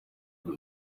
ibyo